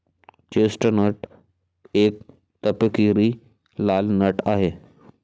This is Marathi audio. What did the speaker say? चेस्टनट एक तपकिरी लाल नट आहे